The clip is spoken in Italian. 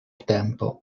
tempo